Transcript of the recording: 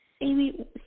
Amy